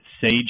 Sage